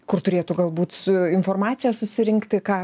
kur turėtų galbūt su informacija susirinkti ką